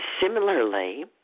similarly